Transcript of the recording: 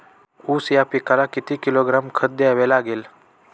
ऊस या पिकाला किती किलोग्रॅम खत द्यावे लागेल?